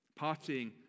partying